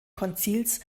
konzils